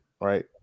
right